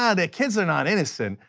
ah the kids are not innocent,